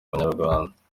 abanyarwanda